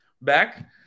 back